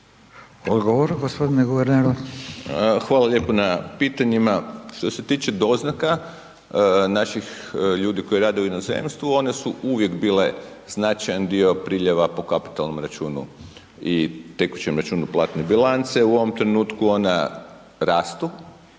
Hvala lijepo na pitanjima. Što se tiče doznaka naših ljudi koji rade u inozemstvu, one su uvijek bile značajan dio priljeva po kapitalnom računu i tekućem računu platne bilance. U ovom trenutku ona rastu,